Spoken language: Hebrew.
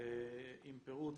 עם פירוט